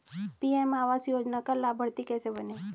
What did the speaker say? PM Awas Yojana का लाभर्ती कैसे बनें?